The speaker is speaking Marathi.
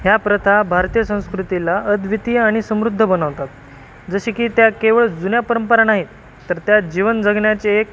ह्या प्रथा भारतीय संस्कृतीला अद्वितीय आणि समृद्ध बनवतात जसे की त्या केवळ जुन्या परंपरा नाहीत तर त्या जीवन जगण्याचे एक